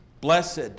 blessed